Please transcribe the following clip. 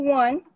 one